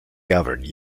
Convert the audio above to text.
gathered